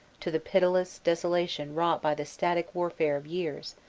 to the pitiless desolation wrought by the static warfare of years,